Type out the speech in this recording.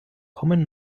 kommen